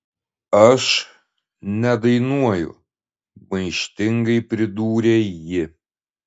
aš nedainuoju maištingai pridūrė ji